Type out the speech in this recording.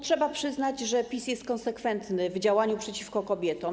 Trzeba przyznać, że PiS jest konsekwentny w działaniu przeciwko kobietom.